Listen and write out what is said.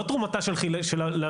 לא תרומתה של כי"ל למדינה,